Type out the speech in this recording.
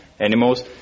animals